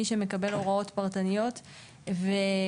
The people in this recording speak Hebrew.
רק למי שמקבל הוראות פרטניות ורק,